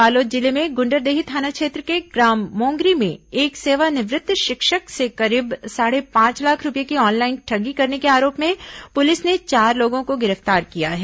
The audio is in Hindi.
बालोद जिले में गुंडरदेही थाना क्षेत्र के ग्राम मोंगरी में एक सेवानिवृत्त शिक्षक से करीब साढ़े पांच लाख रूपये की ऑनलाइन ठगी करने के आरोप में पुलिस ने चार लोगों को गिरफ्तार किया है